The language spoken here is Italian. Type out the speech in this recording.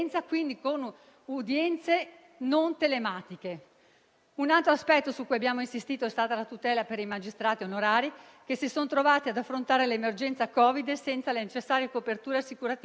ricordando che le competenze dei giudici di pace sono particolarmente estese, non è previsto il deposito degli atti per via telematica. Se una cancelleria è chiusa, l'utente non sa con chi interfacciarsi.